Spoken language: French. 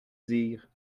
dire